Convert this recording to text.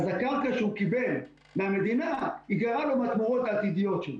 אז הקרקע שהוא קיבל מהמדינה תיגרע מהתמורות העתידיות שלו.